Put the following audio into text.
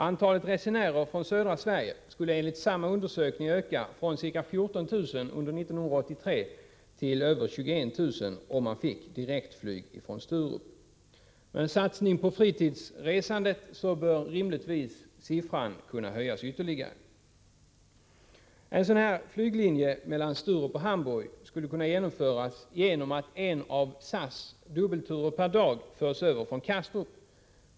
Antalet resenärer från södra Sverige skulle enligt samma undersökning öka från ca 14 000 under 1983 till över 21 000, om man fick direktflyg från Sturup. Med en satsning på fritidsresande bör rimligtvis siffran kunna höjas ytterligare. En flyglinje mellan Sturup och Hamburg skulle kunna komma till stånd genom att en av SAS dubbelturer per dag förs över från Kastrup till Sturup.